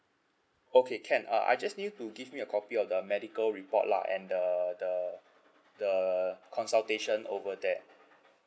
okay can uh I just need you to give me a copy of the medical report lah and the the the consultation over there